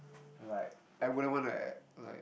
and like I wouldn't want to like